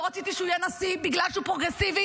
לא רציתי שהוא יהיה נשיא בגלל שהוא פרוגרסיבי